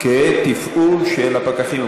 כתפעול של הפקחים.